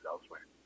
elsewhere